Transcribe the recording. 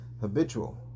habitual